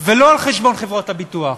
ולא על חשבון חברות הביטוח?